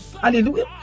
Hallelujah